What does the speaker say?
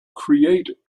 create